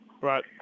Right